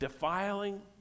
defiling